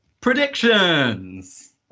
predictions